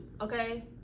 okay